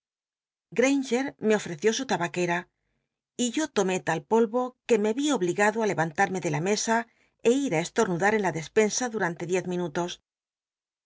gran me ofreció su tabaquem y yo tomé tal polvo que me rí obligado á levantal'llle de la mesa é ir á estornudar en la despensa dmantc diez minuto